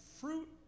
fruit